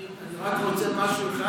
אני רק רוצה משהו אחד.